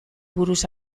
buruz